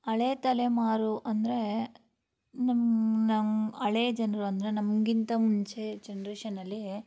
ಹಳೇ ತಲೆಮಾರು ಅಂದರೆ ನಮ್ಮ ನಮ್ಮ ಹಳೇ ಜನರು ಅಂದರೆ ನಮಗಿಂತ ಮುಂಚೆ ಜನ್ರೇಷನಲ್ಲಿ